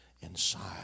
inside